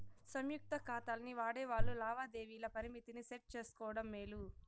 సంయుక్త కాతాల్ని వాడేవాల్లు లావాదేవీల పరిమితిని సెట్ చేసుకోవడం మేలు